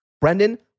Brendan